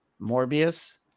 Morbius